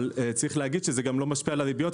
אבל צריך להגיד שזה גם לא משפיע על הריביות,